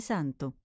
Santo